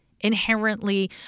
inherently